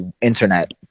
internet